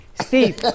Steve